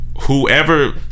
Whoever